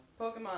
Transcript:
Pokemon